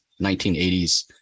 1980s